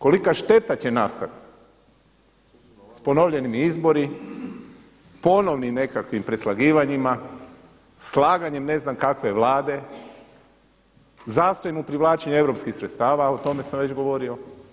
Kolika šteta će nastat s ponovljeni izbori, ponovnim nekakvim preslagivanjima, slaganjem ne znam kakve Vlade, zastojem u privlačenju europskih sredstava, o tome sam već govorio.